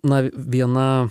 na viena